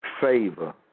favor